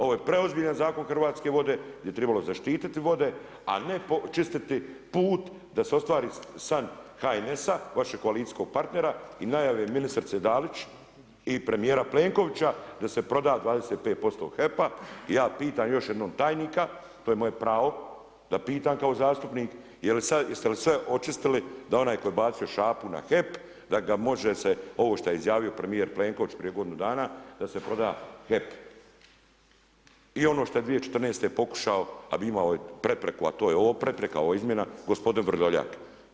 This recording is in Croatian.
Ovo je preozbiljan Zakon Hrvatske vodi, gdje bi trebalo zaštiti put da se ostvari san HNS-a vašeg koalicijskog partnera i najave ministrice Dalić i premjera Plenkovića, da se proda 25% HEP-a i ja pitam još jednom tajnika, kojemu je pravo, da pitam kao zastupnik, jeste li sve očistili da je onaj tko je bacio šapu na HEP, da ga može se, ovo što je izjavio premjer Plenković, prije godinu dana, da se proda HEP i ono što je 2014. pokušao a imao je prepreku, a to je ova prepreka, ova izmjena gospodine Vrdoljak.